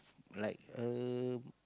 like a